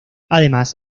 además